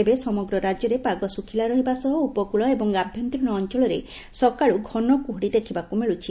ଏବେ ସମଗ୍ର ରାଜ୍ୟରେ ପାଗ ଶୁଖ୍ଲା ରହିବା ସହ ଉପକଳ ଏବଂ ଆଭ୍ୟ ଅଞ୍ଞଳରେ ସକାଳୁ ଘନ କୁହୁଡି ଦେଖବାକୁ ମିଳୁଛି